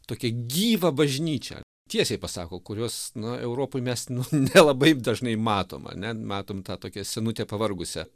tokią gyvą bažnyčią tiesiai pasako kurios na europoj mes nu nelabai dažnai matom ane matom tą tokią senutę pavargusią